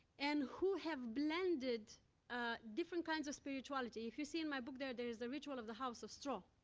and who have blended ah different kinds of spirituality if you see in my book there, there is a ritual of the house of straw,